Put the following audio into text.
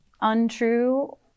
untrue